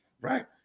right